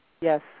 Yes